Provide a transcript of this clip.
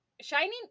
shining